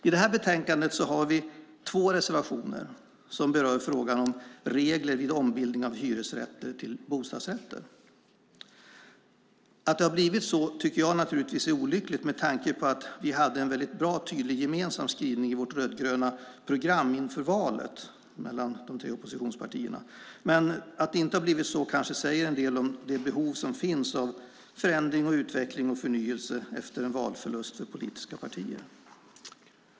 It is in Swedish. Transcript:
I det här betänkandet har vi två reservationer som berör frågan om regler vid ombildning av hyresrätter till bostadsrätter. Att det har blivit så är olyckligt med tanke på att vi hade en tydlig gemensam skrivning i vårt rödgröna program inför valet mellan de tre oppositionspartierna. Men att det inte har blivit så kanske säger en del om det behov som finns av förändring, utveckling och förnyelse efter en valförlust för politiska partier.